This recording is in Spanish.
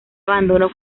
abandono